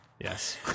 Yes